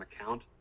account